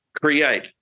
create